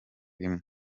imwe